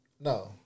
No